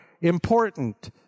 important